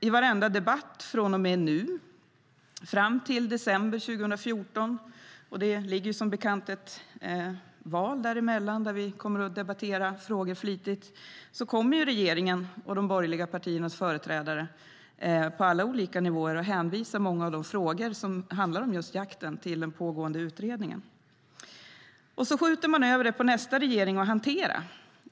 I varenda debatt från och med nu fram till december 2014, och det ligger som bekant ett val däremellan där vi kommer att debattera frågor flitigt, kommer regeringen och de borgerliga partiernas företrädare på alla olika nivåer att hänvisa många av de frågor som handlar om just jakten till den pågående utredningen Man skjuter över det på nästa regering att hantera.